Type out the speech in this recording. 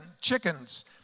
chickens